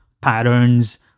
patterns